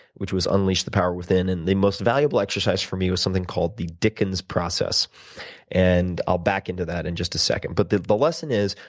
which was unleash the power within, and the most valuable exercise for me was something called the dickens process and i'll back into that in and just a second. but the the lesson is,